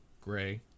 Gray